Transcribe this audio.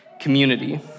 community